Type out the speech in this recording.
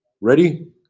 Ready